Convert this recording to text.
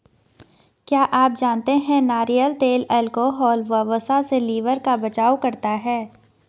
क्या आप जानते है नारियल तेल अल्कोहल व वसा से लिवर का बचाव करता है?